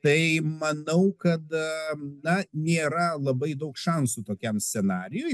tai manau kad na nėra labai daug šansų tokiam scenarijui